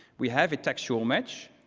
we have a textual match.